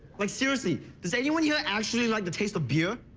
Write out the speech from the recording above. like, seriously, does anyone here actually like the taste of beer?